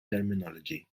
terminology